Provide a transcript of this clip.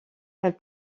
elles